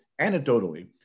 anecdotally